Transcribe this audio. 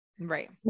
Right